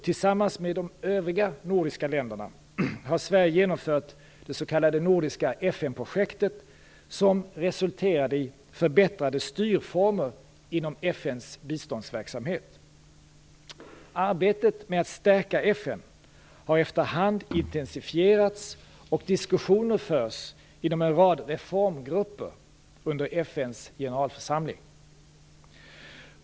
Tillsammans med de övriga nordiska länderna har Sverige genomfört det nordiska FN projektet som resulterade i förbättrade styrformer inom FN:s biståndsverksamhet. Arbetet med att stärka FN har efter hand intensifierats och diskussioner förs inom en rad reformgrupper under FN:s generalförsamling.